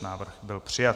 Návrh byl přijat.